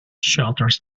shelters